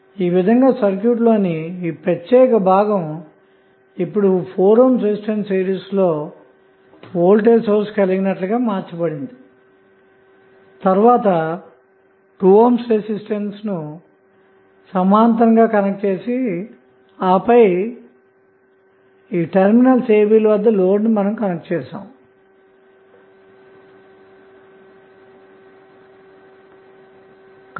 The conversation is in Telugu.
ఈ విధంగా సర్క్యూట్ లో ని ఈ ప్రత్యేక భాగం ఇప్పుడు4ohm రెసిస్టెన్స్ సిరీస్లో వోల్టేజ్ సోర్స్ కలిగి నట్లుగా మార్చబడిందితరువాత 2 ohm రెసిస్టెన్స్ సమాంతరంగా కనెక్ట్ చేసి ఆ పిదప టెర్మినల్ a b ల వద్ద లోడ్ ను కనెక్ట్ చేసాము అన్న మాట